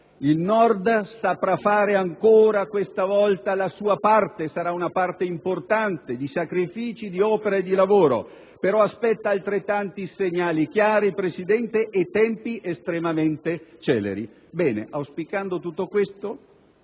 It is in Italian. Il Nord saprà fare ancora questa volta la sua parte e sarà una parte importante, fatta di sacrifici, di opera e di lavoro, ma aspetta altrettanti segnali chiari e tempi estremamente celeri. Auspicando tutto questo,